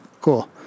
Cool